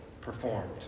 performed